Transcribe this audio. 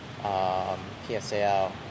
PSAL